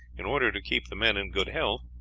in order to keep the men in good health,